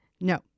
No